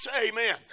amen